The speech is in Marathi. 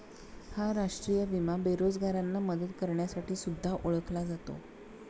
हा राष्ट्रीय विमा बेरोजगारांना मदत करण्यासाठी सुद्धा ओळखला जातो